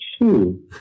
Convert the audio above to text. two